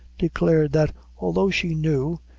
declared, that although she knew,